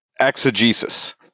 exegesis